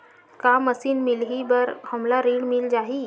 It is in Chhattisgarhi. का मशीन मिलही बर हमला ऋण मिल जाही?